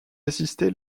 assisté